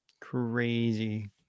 Crazy